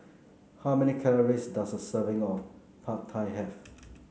how many calories does a serving of Pad Thai have